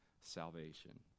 salvation